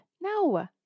No